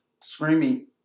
screaming